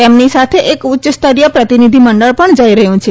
તેમની સાથે એક ઉચ્યસ્તરીય પ્રતિનિધિ મંડળ પણ જઈ રહ્યું છે